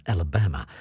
Alabama